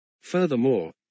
Furthermore